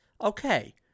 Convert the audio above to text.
okay